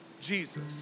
Jesus